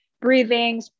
breathing